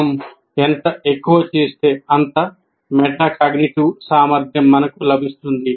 మనం ఎంత ఎక్కువ చేస్తే అంత మెటాకాగ్నిటివ్ సామర్థ్యం మనకు లభిస్తుంది